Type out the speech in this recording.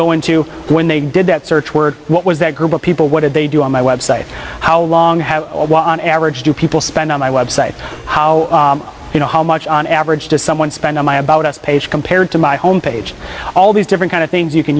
go into when they did that search word what was that group of people what did they do on my website how long have on average do people spend on my website how you know how much on average to someone spend on my about us page compared to my home page all these different kind of things you can